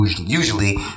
usually